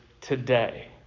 today